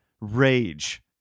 rage